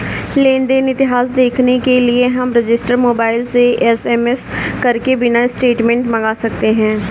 लेन देन इतिहास देखने के लिए हम रजिस्टर मोबाइल से एस.एम.एस करके मिनी स्टेटमेंट मंगा सकते है